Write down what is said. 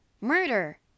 Murder